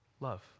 Love